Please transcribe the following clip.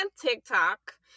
TikTok